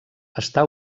està